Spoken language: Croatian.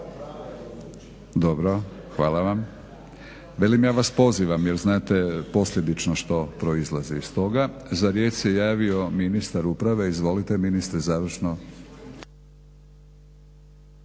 Dobro, hvala vam. Velim ja vas pozivam, jer znate posljedično što proizlazi iz toga. Za riječ se javio ministar uprave. Izvolite ministre, završno.